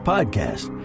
Podcast